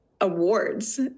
awards